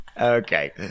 okay